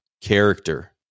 character